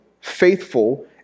faithful